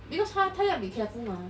because 他他要 be careful mah